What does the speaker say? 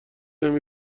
نمی